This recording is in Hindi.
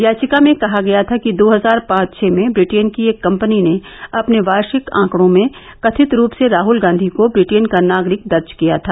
याचिका में कहा गया था कि दो हजार पांच छः में ब्रिटेन की एक कम्पनी ने अपने वार्षिक आंकड़ों में कथित रूप से राहुल गांधी को ब्रिटेन का नागरिक दर्ज किया था